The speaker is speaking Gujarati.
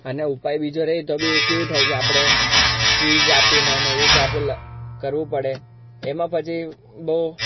અને ઉપાય બીજો રહે તો બિ એ કેવું થાય કે આપણે ફીઝ આપીને અને એવી રીતે આપણે લ કરવું પડે એમાં પછી બહુ